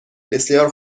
بسیار